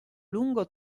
lungo